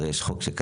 הרי יש חוק שקיים.